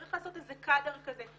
צריך לעשות איזה קאדר כזה.